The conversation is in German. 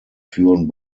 führen